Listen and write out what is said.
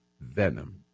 venom